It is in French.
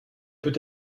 peut